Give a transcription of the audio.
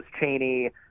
cheney